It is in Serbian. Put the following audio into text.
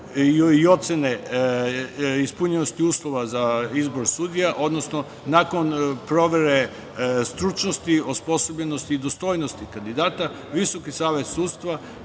i ocene ispunjenosti uslova za izbor sudija, odnosno nakon provere stručnosti osposobljenosti i dostojnosti kandidata, Visoki savet sudstva